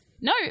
No